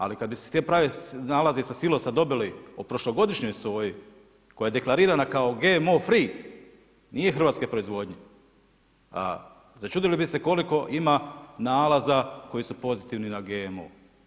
Ali, kad bi se ti pravi nalazi sa silosa dobili, o prošlogodišnjoj soji, koja je deklarirana kao GMO free, nije hrvatske proizvodnje, začudili bi se koliko ima nalaza koji su pozitivni na GMO.